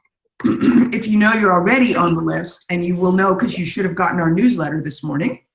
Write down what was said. if you know you're already own the list and you will know because you should have gotten our newsletter this morning.